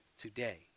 today